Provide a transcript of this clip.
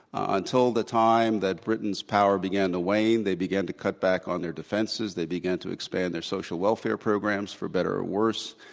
until the time that britain's power began to wane, they began to cut back on their defenses. they began to expand their social welfare programs, for better or worse.